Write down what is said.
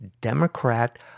Democrat